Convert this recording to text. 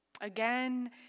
again